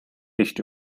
nicht